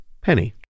Penny